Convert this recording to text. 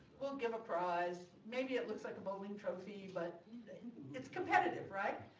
we'll give a prize, maybe it looks like a bowling trophy, but it's competitive right?